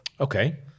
Okay